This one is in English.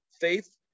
Faith